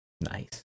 Nice